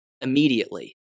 immediately